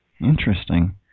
Interesting